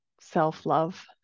self-love